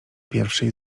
pierwszej